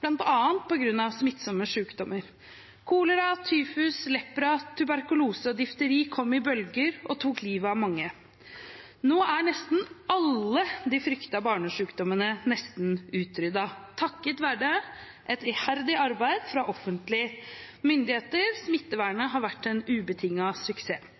bl.a. på grunn av smittsomme sykdommer. Kolera, tyfus, lepra, tuberkulose og difteri kom i bølger og tok livet av mange. Nå er nesten alle de fryktede barnesykdommene nesten utryddet, takket være et iherdig arbeid fra offentlige myndigheter. Smittevernet har vært en ubetinget suksess.